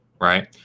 right